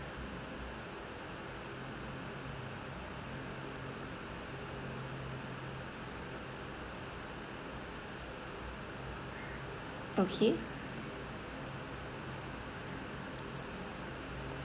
okay